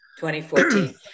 2014